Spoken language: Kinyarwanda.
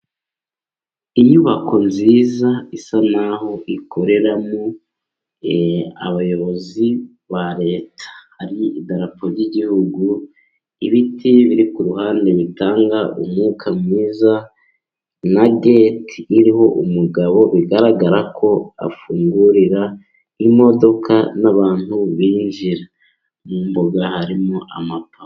Inyubako nziza, isa naho ikoreramo, abayobozi ba leta. Hari idarapo ry'igihugu, ibiti biri ku ruhande bitanga umwuka mwiza, na geti iriho umugabo bigaragara ko afungurira, imodoka, n'abantu binjira, mu mboga harimo amapave.